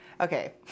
Okay